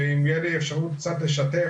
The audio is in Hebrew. אם תהיה לי אפשרות קצת לשתף,